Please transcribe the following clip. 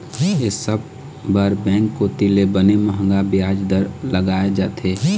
ये सब बर बेंक कोती ले बने मंहगा बियाज दर लगाय जाथे